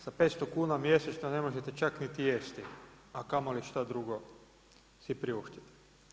Sa 500 kuna mjesečno ne možete čak niti jesti a kamoli šta drugo si priuštiti.